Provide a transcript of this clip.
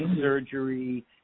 surgery